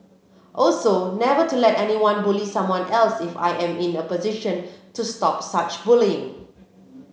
also never to let anyone bully someone else if I am in the position to stop such bullying